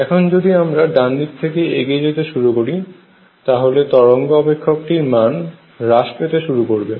এখন যদি আমরা ডান দিকে এগিয়ে যেতে শুরু করি তাহলে তরঙ্গ অপেক্ষকটির মান হ্রাস পেতে শুরু করবে